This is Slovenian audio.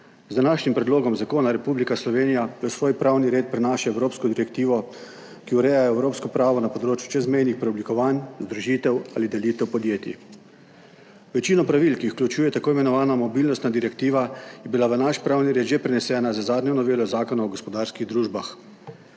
Z današnjim predlogom zakona Republika Slovenija v svoj pravni red prenaša evropsko direktivo, ki ureja evropsko pravo na področju čezmejnih preoblikovanj, združitev ali delitev podjetij. Večina pravil, ki jih vključuje tako imenovana mobilnostna direktiva, je bila v naš pravni red že prenesena z zadnjo novelo Zakona o gospodarskih družbah.